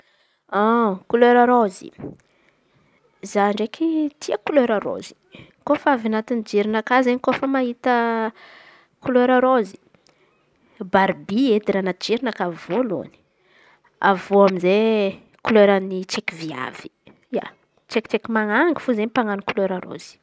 Kolera rôzy za ndraiky tia koolera rôzy koa avy anatiny jerinakà izen̈y kofa mahita kolera rôzy barbie etra natiry miaraka amy vôlo. Avy eo amizay kolerany tsaiky viavy, tsaiky tsaiky manangy fô zay mpanan̈o kolera rôzy.